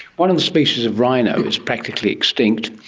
one of the species of rhino is practically extinct.